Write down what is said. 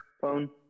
phone